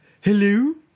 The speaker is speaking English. hello